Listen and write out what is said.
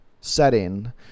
setting